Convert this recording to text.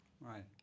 Right